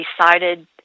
decided